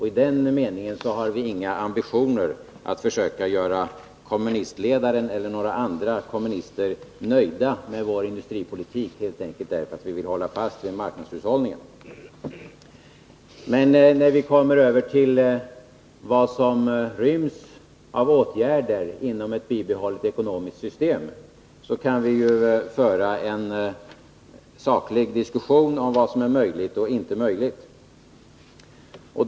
I den meningen har vi inga ambitioner att försöka göra kommunistledaren eller några andra kommunister nöjda med vår industripolitik, helt enkelt därför att vi vill hålla fast vid marknadshushållningen. Men när vi kommer över till vad som ryms av åtgärder inom ett bibehållet ekonomiskt system, kan vi ju föra en saklig diskussion om vad som är möjligt och vad som inte är möjligt.